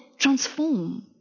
transform